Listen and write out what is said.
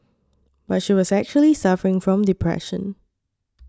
but she was actually suffering from depression